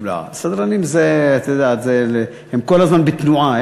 לא, סדרנים, את יודעת, הם כל הזמן בתנועה.